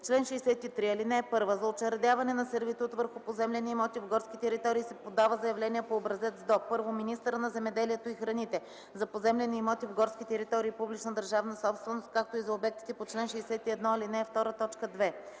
„Чл. 63. (1) За учредяване на сервитут върху поземлени имоти в горски територии се подава заявление по образец до: 1. министъра на земеделието и храните – за поземлени имоти в горски територии – публична държавна собственост, както и за обектите по чл. 61, ал.